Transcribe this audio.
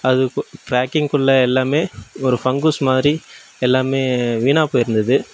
அது கு பேக்கிங்குள்ளே எல்லாமே ஒரு ஃபங்குஸ் மாதிரி எல்லாமே வீணாக போயிருந்தது